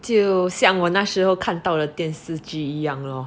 就像我那时候看到了电视剧一样 lor